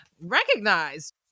recognized